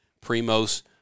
Primo's